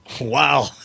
Wow